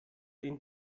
den